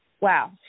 Wow